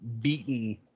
beaten